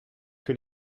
que